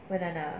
banana